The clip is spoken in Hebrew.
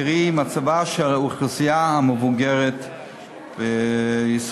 קרי מצבה של האוכלוסייה המבוגרת בישראל.